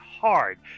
hard